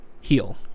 heal